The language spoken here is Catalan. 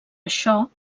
això